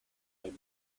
mode